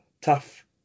tough